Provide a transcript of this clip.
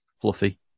fluffy